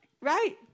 Right